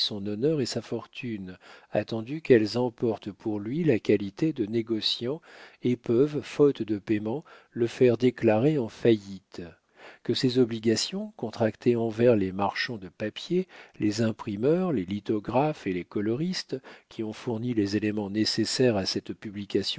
son honneur et sa fortune attendu qu'elles emportent pour lui la qualité de négociant et peuvent faute de payement le faire déclarer en faillite que ces obligations contractées envers les marchands de papier les imprimeurs les lithographes et les coloristes qui ont fourni les éléments nécessaires à cette